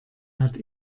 hat